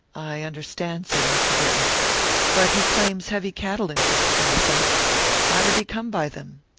i understand, said mr. britton but he claims heavy cattle interests in the south how did he come by them?